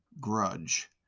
grudge